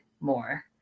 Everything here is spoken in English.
more